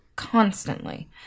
Constantly